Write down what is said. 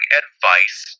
advice